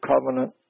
covenant